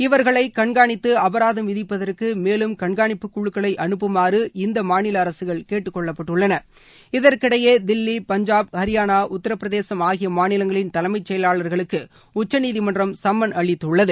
இவர்களைகண்காணித்து அபராதம் விதிப்பதற்குமேலும் கண்காணிப்பு குழுக்களைஅழைப்புமாறு இந்தமாநிலஅரசுகள் கேட்டுக்கொள்ளப்பட்டுள்ளன இதற்கிடையேதில்லி பஞ்சாப் ஹரியானா உத்திரப்பிரதேசம் ஆகியமாநிலங்களின் தலைமைசெயலாளர்களுக்குடச்சநீதிமன்றம் சம்மன் அளித்துள்ளது